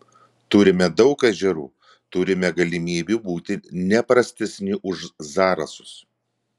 turime daug ežerų turime galimybių būti ne prastesni už zarasus